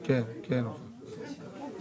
שפורסמו הבוקר ועליהם